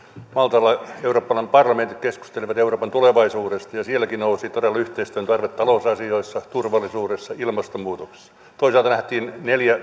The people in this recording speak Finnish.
maltalla euroopan parlamentit keskustelivat euroopan tulevaisuudesta ja sielläkin nousi todella esiin yhteistyön tarve talousasioissa turvallisuudessa ilmastonmuutoksessa toisaalta nähtiin